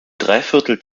dreiviertel